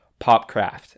popcraft